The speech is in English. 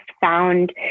found